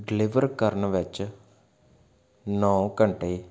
deliver ਕਰਨ ਵਿੱਚ ਨੌਂ ਘੰਟੇ